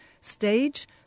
Stage